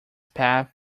path